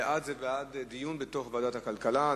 בעד, זה בעד דיון בוועדת הכלכלה.